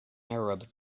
arab